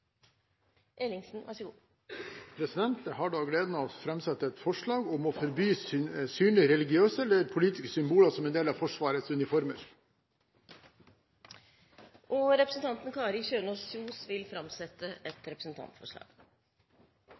Jeg har gleden av å framsette et forslag om å forby synlige religiøse eller politiske symboler som del av Forsvarets uniformer. Representanten Kari Kjønaas Kjos vil framsette et representantforslag.